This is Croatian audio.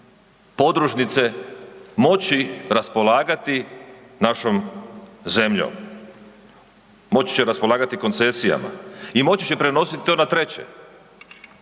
podružnice moći raspolagati našom zemljom? Moći će raspolagati koncesijama i moći će prenositi to na treće.